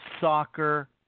Soccer